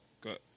good